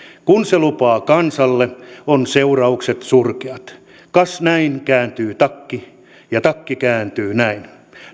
kun se lupaa kansalle on seuraukset surkeat kas näin kääntyy takki ja takki kääntyy näin